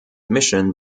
mission